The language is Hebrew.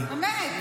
מה קרה?